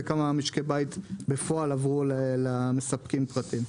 וכמה משקי בית עברו בפועל למספקים פרטיים.